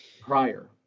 Prior